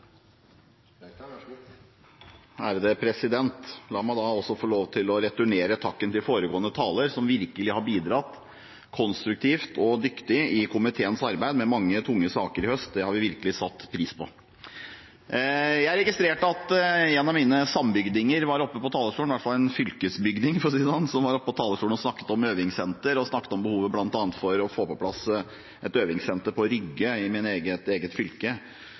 som virkelig har bidratt konstruktivt og dyktig i komiteens arbeid med mange tunge saker i høst. Det har vi virkelig satt pris på. Jeg registrerte at en av mine sambygdinger – i hvert fall en fylkesbygding, for å si det sånn – var oppe på talerstolen og snakket om øvingssenter og om behovet for bl.a. å få på plass et øvingssenter på Rygge, i mitt eget fylke.